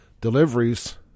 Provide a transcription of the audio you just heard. Deliveries